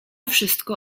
wszystko